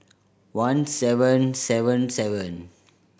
one seven seven seven